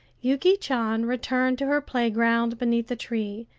yuki chan returned to her playground beneath the tree,